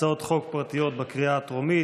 הצעות חוק פרטיות בקריאה הטרומית.